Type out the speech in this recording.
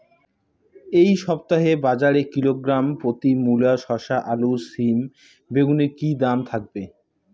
এই সপ্তাহে বাজারে কিলোগ্রাম প্রতি মূলা শসা আলু সিম বেগুনের কী দাম থাকবে?